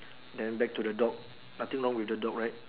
then back to the dog nothing wrong with the dog right